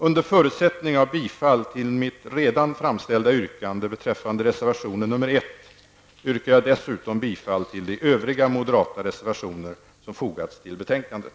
Under förutsättning av bifall till mitt redan framställda yrkande beträffande reservation nr 1 yrkar jag dessutom bifall till de övriga moderata reservationer som fogats till betänkandet.